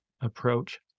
approach